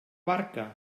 barca